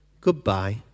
goodbye